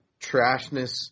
trashness